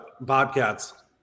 Bobcats